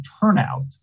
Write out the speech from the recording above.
turnout